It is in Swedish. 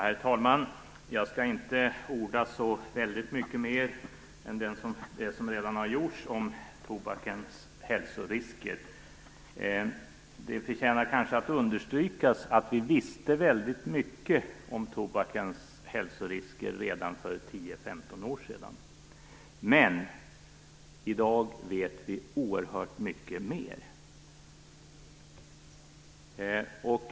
Herr talman! Jag skall inte orda så väldigt mycket mer än vad som redan har gjorts om tobakens hälsorisker. Det förtjänar kanske att understrykas att vi visste väldigt mycket om tobakens hälsorisker redan för 10-15 år sedan. Men i dag vet vi oerhört mycket mer.